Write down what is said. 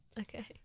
okay